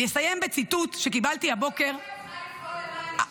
אני אסיים בציטוט שקיבלתי הבוקר ------ לא,